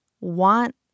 want